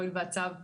הואיל והצו הזה,